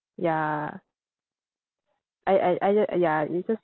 ya I I uh ya uh ya it's just